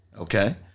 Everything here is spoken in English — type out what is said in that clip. okay